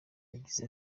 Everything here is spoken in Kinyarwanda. yagize